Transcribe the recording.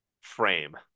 frame